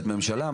את ממשלה?